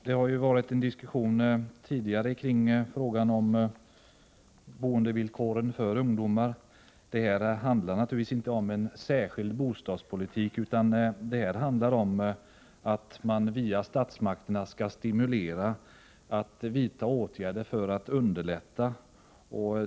Herr talman! Det har tidigare förts en diskussion om boendevillkoren för ungdomar. Det handlar naturligtvis inte om en särskild bostadspolitik för ungdomar, utan det handlar om att via statsmakterna stimulera till åtgärder för att underlätta ungdomars boende.